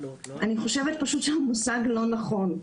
אני חושבת שהמושג לא נכון.